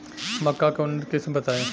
मक्का के उन्नत किस्म बताई?